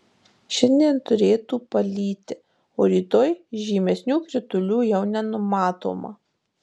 šiandien turėtų palyti o rytoj žymesnių kritulių jau nenumatoma